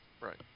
right